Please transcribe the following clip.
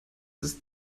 ist